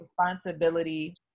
responsibility